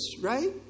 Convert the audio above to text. right